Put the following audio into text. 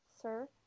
sir